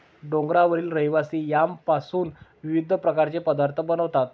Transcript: डोंगरावरील रहिवासी यामपासून विविध प्रकारचे पदार्थ बनवतात